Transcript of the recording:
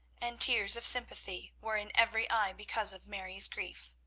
and tears of sympathy were in every eye because of mary's grief.